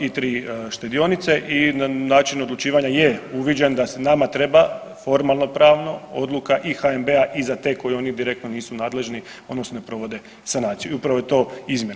i 3 štedionice, i na način odlučivanja je uviđen da se nama treba formalnopravno odluka i HNB-a i za te koji oni direktno nisu nadležni odnosno ne provode sanaciju i upravo je to izmjena.